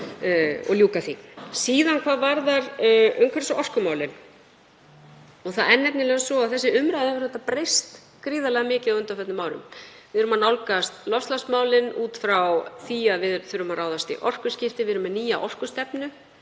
og ljúka því. Hvað varðar umhverfis- og orkumálin: Það er nefnilega svo að umræðan hefur breyst gríðarlega mikið á undanförnum árum. Við erum að nálgast loftslagsmálin út frá því að við þurfum að ráðast í orkuskipti. Við erum með nýja orkustefnu